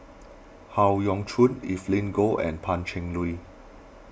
Howe Yoon Chong Evelyn Goh and Pan Cheng Lui